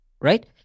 Right